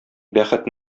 бәхет